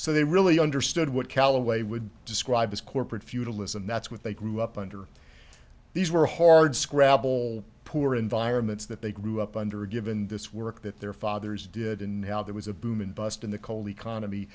so they really understood what callaway would describe as corporate feudalism that's what they grew up under these were hardscrabble poor environments that they grew up under a given this work that their fathers did and how there was a boom and bust in the coal economy